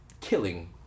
killing